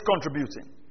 contributing